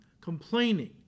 complaining